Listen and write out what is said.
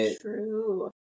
true